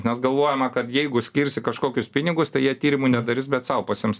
nes galvojama kad jeigu skirsi kažkokius pinigus tai jie tyrimų nedarys bet sau pasiims